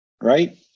right